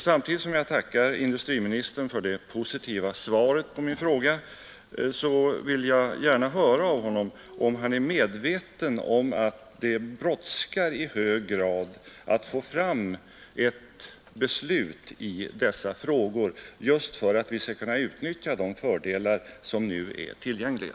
Samtidigt som jag tackar industriministern för det positiva svaret på min fråga vill jag gärna höra av honom om han är medveten om att det brådskar i hög grad att få ett beslut i dessa frågor just för att man skall kunna utnyttja de fördelar som nu är tillgängliga.